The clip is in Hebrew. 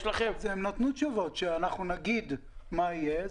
הם נתנו תשובות, שאנחנו נגיד מה יהיה.